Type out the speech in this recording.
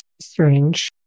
strange